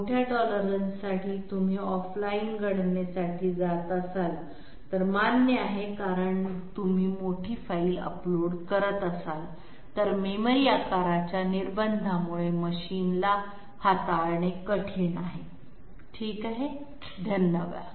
मोठ्या टॉलरन्ससाठी तुम्ही ऑफलाइन गणनेसाठी जात असाल तर मान्य आहे कारण जर तुम्ही मोठी फाइल अपलोड करत असाल तर मेमरी आकाराच्या निर्बंधामुळे मशीनला हाताळणे कठीण आहे ठीक आहे धन्यवाद